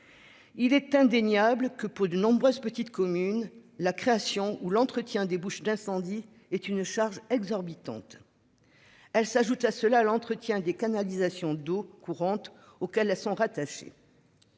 Il est indéniable que pour de nombreuses petites communes la création ou l'entretien des bouches d'incendie est une charge exorbitante. Elle s'ajoute à cela l'entretien des canalisations d'eau courante auquel sont rattachés.